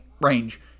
range